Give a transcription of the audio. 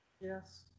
Yes